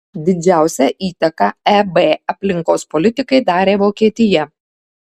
didžiausią įtaką eb aplinkos politikai darė vokietija